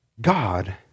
God